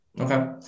Okay